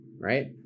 right